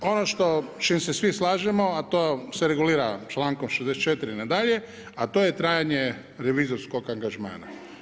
Ono što, s čim se svi slažemo a to se regulira člankom 64. na dalje, a to je trajanje revizorskog angažmana.